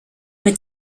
mit